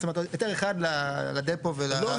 זאת אומרת היתר אחד לדפו --- לא,